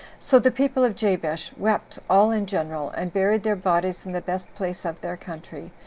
so the people of jabesh wept all in general, and buried their bodies in the best place of their country,